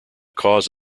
cause